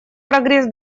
прогресс